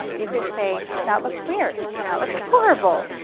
you could say, that looks weird, that looks horrible.